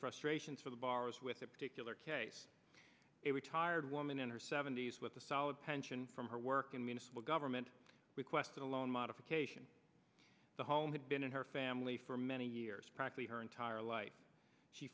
frustrations for the borrowers with a particular case a retired woman in her seventy's with a solid pension from her work in municipal government requested a loan modification the home had been in her family for many years practically her entire life she